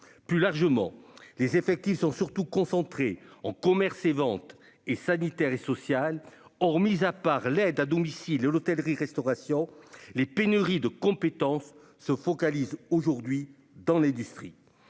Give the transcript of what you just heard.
Plus largement, les effectifs sont surtout concentrés en commerce et vente et en sanitaire et social, alors que, mis à part l'aide à domicile et l'hôtellerie et la restauration, les pénuries de compétences se focalisent aujourd'hui dans l'industrie.